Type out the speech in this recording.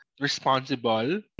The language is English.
responsible